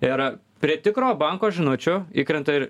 ir prie tikro banko žinučių įkrenta ir